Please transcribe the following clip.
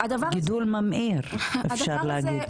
-- גידול ממאיר, אפשר להגיד.